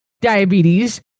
diabetes